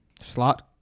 slot